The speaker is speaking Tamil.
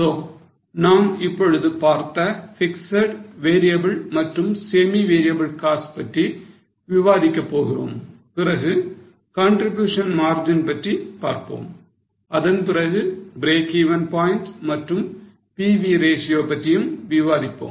So நாம் இப்பொழுது பார்த்த fixed variable மற்றும் semi variable costs பற்றி விவாதிக்கப் போகிறோம் பிறகு contribution margin பற்றி பார்ப்போம் அதன்பிறகு breakeven point மற்றும் PV ratio பற்றியும் விவாதிப்போம்